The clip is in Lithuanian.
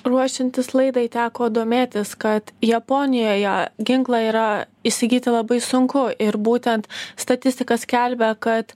ruošiantis laidai teko domėtis kad japonijoje ginklą yra įsigyti labai sunku ir būtent statistika skelbia kad